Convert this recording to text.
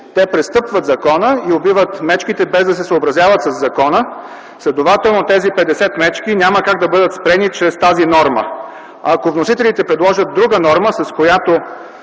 Те престъпват закона и убиват мечките без да се съобразяват със закона, следователно тези 50 мечки няма как да бъдат спрени чрез тази норма. Ако вносителите предложат друга норма, с която